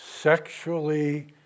sexually